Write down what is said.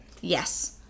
Yes